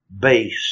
Base